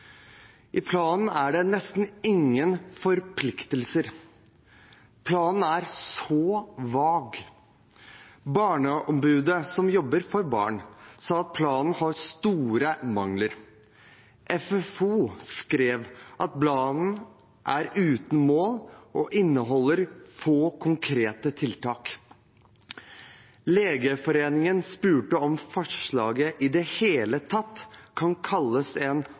I planen er det nesten ingen forpliktelser. Planen er så vag. Barneombudet, som jobber for barn, sa at planen har store mangler. Funksjonshemmedes Fellesorganisasjon, FFO, skrev at planen er uten mål og inneholder få konkrete tiltak. Legeforeningen spurte om forslaget i det hele tatt kan kalles en